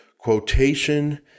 quotation